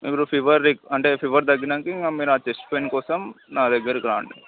ఇప్పుడు ఫీవర్ది అంటే ఫీవర్ తగ్గినాక ఆ చెస్ట్ పెయిన్ కోసం నా దగ్గరికి రండి